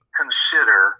consider